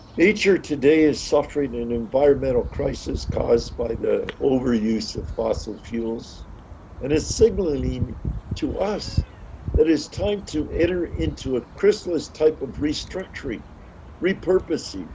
each year today is suffering in environmental crisis caused by the over use of fossil fuels and it's sibling to us that is time to enter into a christmas type of restructuring repurposed